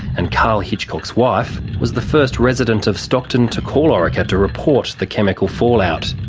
and karl hitchcock's wife was the first resident of stockton to call orica to report the chemical fallout.